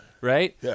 right